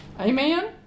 Amen